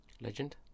Legend